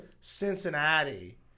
Cincinnati